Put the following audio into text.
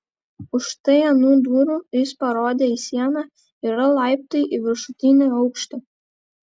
už štai anų durų jis parodė į sieną yra laiptai į viršutinį aukštą